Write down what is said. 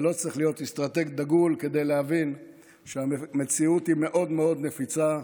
ולא צריך להיות אסטרטג דגול כדי להבין שהמציאות היא מאוד מאוד נפיצה,